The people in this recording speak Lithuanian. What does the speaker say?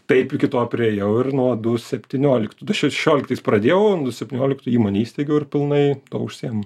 taip iki to priėjau ir nuo du septynioliktų du šešioliktais pradėjau nuo septynioliktų įmonę isteigiau ir pilnai tuo užsiimu